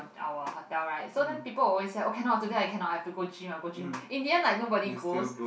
our hotel right so then people will always say oh cannot today I cannot I have to go gym I have to go gym in the end like nobody goes